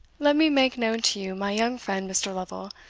let me make known to you my young friend mr. lovel,